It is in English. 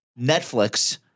Netflix